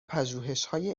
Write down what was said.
پژوهشهای